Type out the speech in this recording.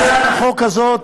הצעת החוק הזאת